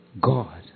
God